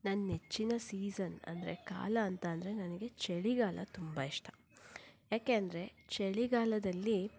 ನನ್ನ ನೆಚ್ಚಿನ ಸೀಸನ್ ಅಂದರೆ ಕಾಲ ಅಂತ ಅಂದ್ರೆ ನನಗೆ ಚಳಿಗಾಲ ತುಂಬ ಇಷ್ಟ ಯಾಕೆ ಅಂದರೆ ಚಳಿಗಾಲದಲ್ಲಿ